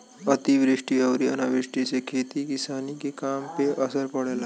अतिवृष्टि अउरी अनावृष्टि से खेती किसानी के काम पे असर पड़ेला